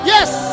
Yes